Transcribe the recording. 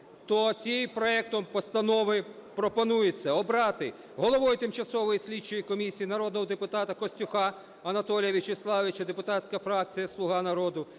то цим проектом постанови пропонується: обрати головою Тимчасової слідчої комісії народного депутата Костюха Анатолія Вячеславовича (депутатська фракція "Слуга народу"),